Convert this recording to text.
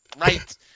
right